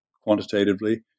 quantitatively